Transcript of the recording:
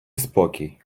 спокій